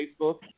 Facebook